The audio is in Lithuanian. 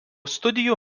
studijų